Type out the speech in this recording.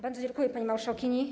Bardzo dziękuję, pani marszałkini.